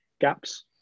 gaps